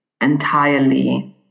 entirely